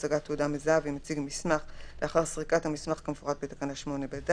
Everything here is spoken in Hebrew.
הקטע החל במילים "המפורט בתוספת השנייה" עד